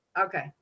Okay